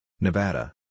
Nevada